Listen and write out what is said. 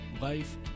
life